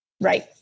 Right